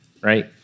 right